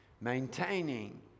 Maintaining